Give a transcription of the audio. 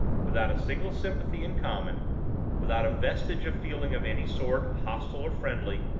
without a single sympathy in common without a vestige of feeling of any sort, hostile or friendly,